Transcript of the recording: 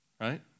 Right